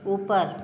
ऊपर